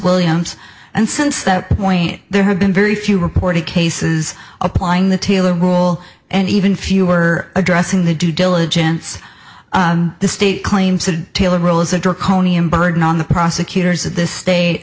williams and since that point there have been very few reported cases applying the taylor rule and even fewer addressing the due diligence the state claims to tailor rules a draconian burden on the prosecutors of this state